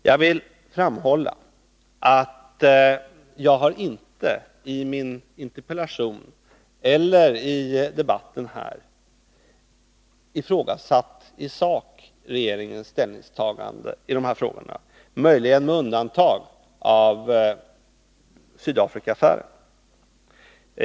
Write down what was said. Jag vill framhålla att jag inte har, varken i min interpellation eller här i debatten, ifrågasatt regeringens ställningstagande i sak i de här frågorna — möjligen med undantag av Sydafrikafallet.